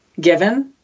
given